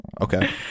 Okay